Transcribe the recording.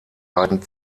beiden